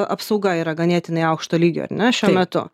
apsauga yra ganėtinai aukšto lygio ar ne šiuo metu